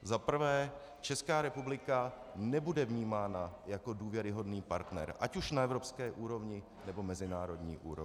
Za prvé Česká republika nebude vnímána jako důvěryhodný partner ať už na evropské úrovni, nebo mezinárodní úrovni.